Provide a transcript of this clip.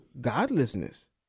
godlessness